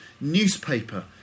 newspaper